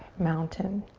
mountain.